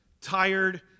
tired